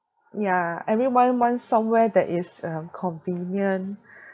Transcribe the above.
yeah everyone wants somewhere that is um convenient